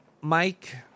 Mike